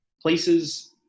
places